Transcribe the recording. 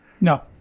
No